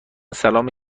سلام